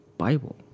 bible